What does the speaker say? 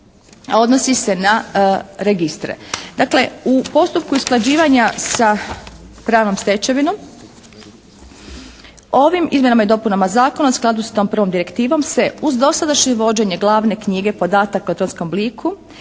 odnosi se na registre. Dakle u postupku usklađivanja sa pravnom stečevinom ovim izmjenama i dopunama zakona u skladu sa tom prvom direktivom se uz dosadašnje vođenje glavne knjige podataka u elektronskom obliku